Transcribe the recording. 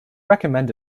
recommend